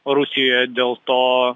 rusijoje dėl to